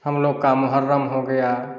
हम लोग का मुहर्रम हो गया